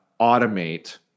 automate